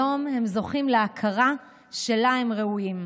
היום הם זוכים להכרה שלה הם ראויים.